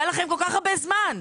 היה לכם כל כך הרבה זמן.